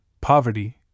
poverty